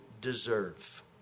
deserve